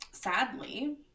Sadly